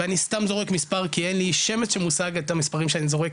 ואני סתם זורק מספר כי אין לי שמץ של מושג את המספרים שאני זורק,